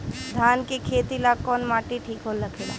धान के खेती ला कौन माटी ठीक होखेला?